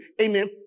amen